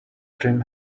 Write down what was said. trim